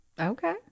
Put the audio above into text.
Okay